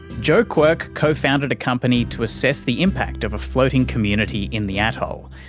joe quirk co-founded a company to assess the impact of a floating community in the atoll,